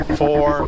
four